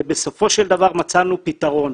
ובסופו של דבר מצאנו פתרון.